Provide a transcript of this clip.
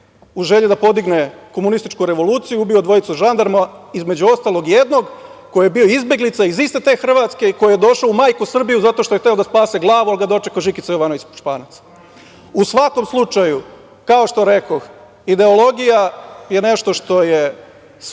u želji da podigne komunističku revoluciju ubio dvojicu žandarma, između ostalog, jednog koji je bio izbeglica iz iste te Hrvatske, a koji je došao u majku Srbiju jer je hteo da spase glavu, ali ga je dočekao Žikica Jovanović Španac.U svakom slučaju, kao što rekoh, ideologija je nešto što je svačije